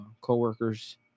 co-workers